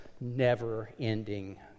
never-ending